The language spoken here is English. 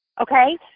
Okay